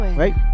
right